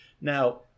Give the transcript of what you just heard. Now